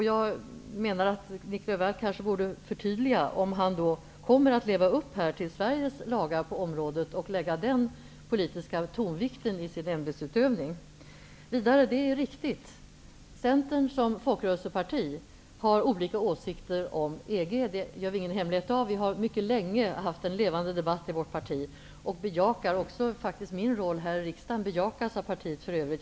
Jag menar att Nic Grönvall borde förtydliga om han kommer att följa Sveriges lagar på området och lägga den politiska tonvikten på sin ämbetsutövning. Det är riktigt att vi i Centern som folkrörelseparti har olika åsikter om EG. Det gör vi ingen hemlighet av. Vi har mycket länge haft en levande debatt i vårt parti. Min roll här i riksdagen bejakas faktiskt av partiet i övrigt.